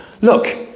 look